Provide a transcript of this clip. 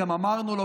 גם אמרנו לו,